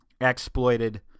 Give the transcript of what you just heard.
exploited